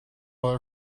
are